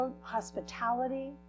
hospitality